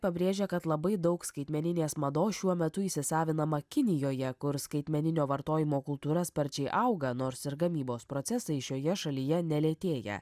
pabrėžia kad labai daug skaitmeninės mados šiuo metu įsisavinama kinijoje kur skaitmeninio vartojimo kultūra sparčiai auga nors ir gamybos procesai šioje šalyje nelėtėja